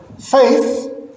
Faith